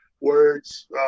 words